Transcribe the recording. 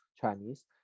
Chinese